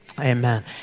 Amen